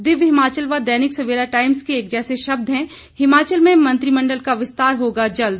दिव्य हिमाचल व दैनिक सवेरा टाईम्स के एक जैसे शब्द हैं हिमाचल में मंत्रिमंडल का विस्तार होगा जल्द